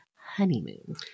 honeymoon